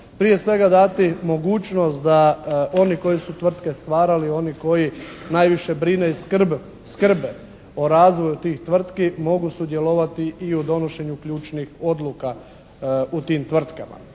Prije svega dati mogućnost da oni koji su tvrtke stvarali, oni koji najviše brinu i skrbe o razvoju tih tvrtki mogu sudjelovati i u donošenju ključnih odluka u tim tvrtkama.